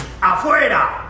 Afuera